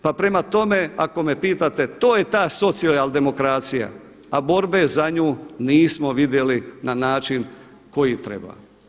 Pa prema tome, ako me pitate, to je ta socijaldemokracija, a borbe za nju nismo vidjeli na način koji treba.